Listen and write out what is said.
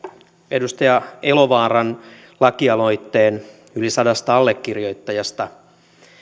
edustaja elovaaran lakialoitteen yli sadasta allekirjoittajasta